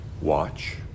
watch